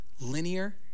linear